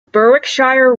berwickshire